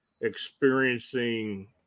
experiencing